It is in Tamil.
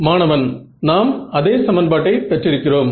மாணவன் நாம் அதே சமன்பாட்டை பெற்றிருக்கிறோம்